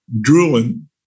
drooling